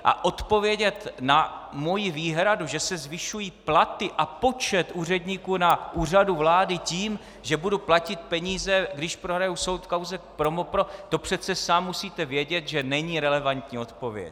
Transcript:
A odpovědět na moji výhradu, že se zvyšují platy a počet úředníků na Úřadu vlády tím, že budu platit peníze, když prohraji soud v kauze ProMoPro, to přece sám musíte vědět, že není relevantní odpověď.